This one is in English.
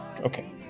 Okay